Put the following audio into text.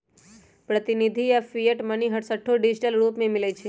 प्रतिनिधि आऽ fiat money हरसठ्ठो डिजिटल रूप में मिलइ छै